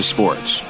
Sports